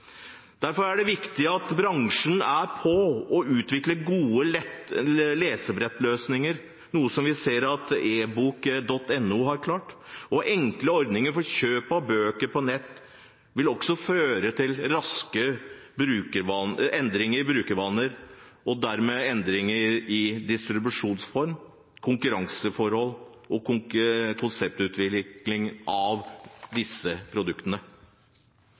Derfor er det viktig at bransjen er «på» og utvikler gode lesebrettløsninger, noe som vi ser at EBOK.NO har klart. Enkle ordninger for kjøp av bøker på nett vil også føre til raskere endringer i brukervaner – og dermed til endringer i distribusjonsform, konkurranseforhold og konseptutvikling når det gjelder disse produktene.